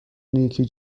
نیکی